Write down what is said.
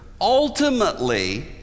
Ultimately